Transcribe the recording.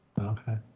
Okay